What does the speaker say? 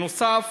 בנוסף,